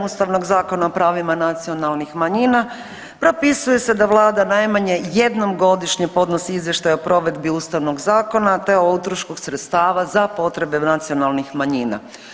Ustavnog zakona o pravima nacionalnih manjina propisuje se da vlada najmanje jednom godišnje podnosi izvještaj o provedbi ustavnog zakona, te o utrošku sredstava za potrebe nacionalnih manjina.